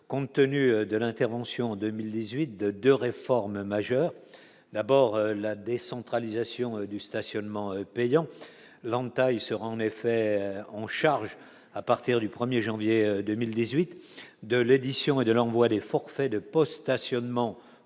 compte tenu de l'intervention : 2018, 2 de rêve. Formes majeures : d'abord la décentralisation du stationnement payant l'entaille sera en effet en charge à partir du 1er janvier 2018 de l'édition et de l'envoi des forfaits de postes Ascione ment au nom